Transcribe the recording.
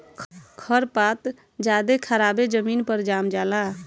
खर पात ज्यादे खराबे जमीन पर जाम जला